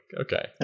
okay